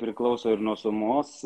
priklauso ir nuo sumos